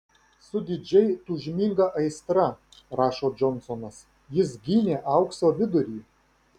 su didžiai tūžminga aistra rašo džonsonas jis gynė aukso vidurį